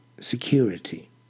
security